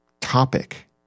topic